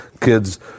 kids